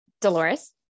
dolores